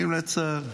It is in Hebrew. אם לצה"ל.